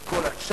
את כל הצ'פחות,